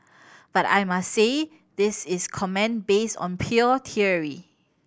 but I must say this is comment based on pure theory